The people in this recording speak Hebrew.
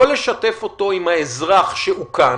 לא לשתף אותו עם האזרח שאוכן,